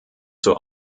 zur